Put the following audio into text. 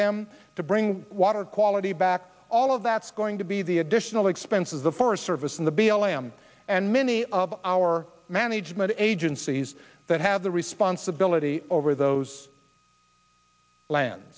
them to bring water quality back all of that's going to be the additional expenses the forest service and the b l m and many of our management agencies that have the responsibility over those land